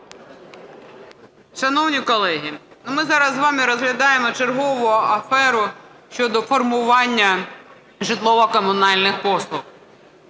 Шановні колеги! Ми зараз з вами розглядаємо чергову аферу щодо формування житлово-комунальних послуг.